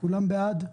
כולם בעד?